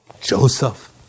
Joseph